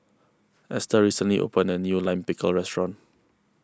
Esther recently opened a new Lime Pickle restaurant